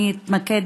אני אתמקד